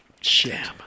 sham